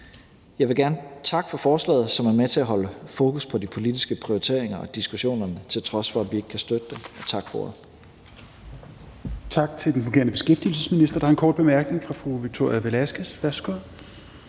Jeg vil gerne takke for forslaget, som er med til at holde fokus på de politiske prioriteringer og diskussionerne, til trods for at vi ikke kan støtte det. Tak for ordet.